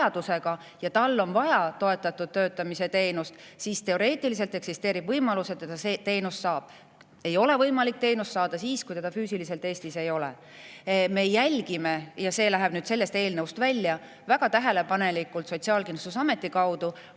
ja kellel on vaja toetatud töötamise teenust, siis teoreetiliselt eksisteerib võimalus, et seda teenust ta saab. Ei ole võimalik teenust saada siis, kui [inimene] füüsiliselt Eestis ei ole. Me jälgime – ja see läheb sellest eelnõust välja – väga tähelepanelikult Sotsiaalkindlustusameti kaudu